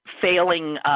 failing